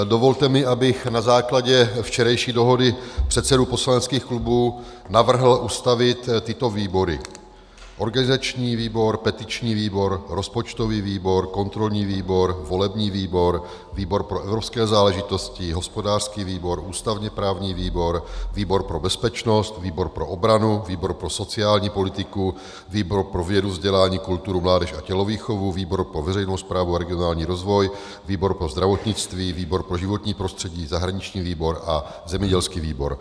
Dovolte mi, abych na základě včerejší dohody předsedů poslaneckých klubů navrhl ustavit tyto výbory: organizační výbor, petiční výbor, rozpočtový výbor, kontrolní výbor, volební výbor, výbor pro evropské záležitosti, hospodářský výbor, ústavněprávní výbor, výbor pro bezpečnost, výbor pro obranu, výbor pro sociální politiku, výbor pro vědu, vzdělání, kulturu, mládež a tělovýchovu, výbor pro veřejnou správu a regionální rozvoj, výbor pro zdravotnictví, výbor pro životní prostředí, zahraniční výbor a zemědělský výbor.